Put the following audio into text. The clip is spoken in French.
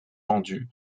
vendues